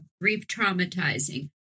re-traumatizing